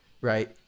right